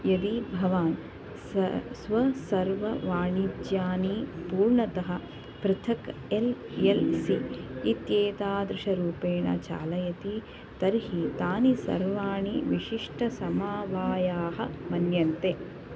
यदि भवान् स्वस्वसर्ववाणिज्यानि पूर्णतः पृथक् एल् एल् सि इत्येतादृशरूपेण चालयति तर्हि तानि सर्वाणि विशिष्टसमवायाः मन्यन्ते